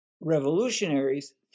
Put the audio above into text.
revolutionaries